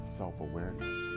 self-awareness